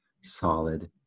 solid